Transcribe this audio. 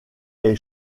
est